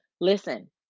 listen